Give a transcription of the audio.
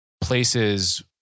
places